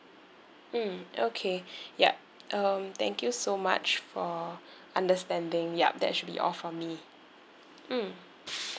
mm okay yup um thank you so much for understanding yup that should be all from me mm